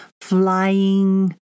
Flying